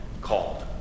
called